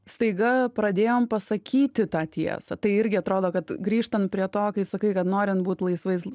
staiga pradėjom pasakyti tą tiesą tai irgi atrodo kad grįžtant prie to kai sakai kad norint būt laisvais